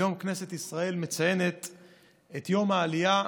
היום כנסת ישראל מציינת את יום העלייה,